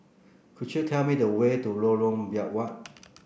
could you tell me the way to Lorong Biawak